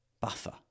buffer